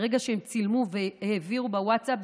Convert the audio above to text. ברגע שהם צילמו והעבירו בווטסאפ,